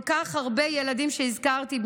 כל כך הרבה ילדים שהזכרתי,